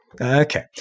Okay